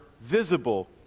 visible